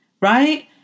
right